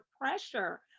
pressure